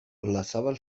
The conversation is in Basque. olazabal